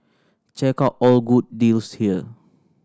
check out all good deals here